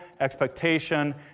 expectation